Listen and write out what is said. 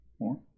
More